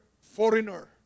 foreigner